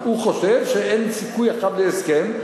הוא חושב שאין סיכוי עכשיו להסכם,